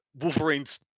Wolverine's